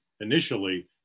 initially